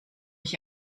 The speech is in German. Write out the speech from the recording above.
ich